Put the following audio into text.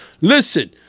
Listen